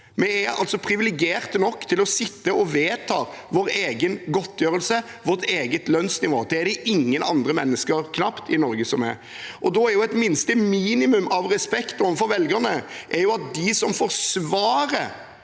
Vi er altså privilegerte nok til å sitte og vedta vår egen godtgjørelse, vårt eget lønnsnivå. Det er det knapt noen andre mennesker i Norge som er. Da er et minste minimum av respekt overfor velgerne at de som forsvarer